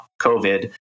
COVID